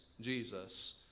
Jesus